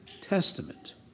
Testament